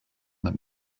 that